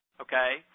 okay